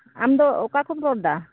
ᱟᱢ ᱫᱚ ᱚᱠᱟ ᱠᱷᱚᱱ ᱮᱢ ᱨᱚᱲ ᱮᱫᱟ